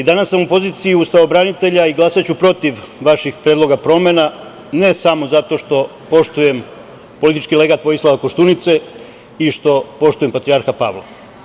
Danas sam u poziciji ustavobranitelja i glasaću protiv vaših predloga promena, ne samo zato što poštujem politički legat Vojislava Koštunice i što poštujem patrijarha Pavla.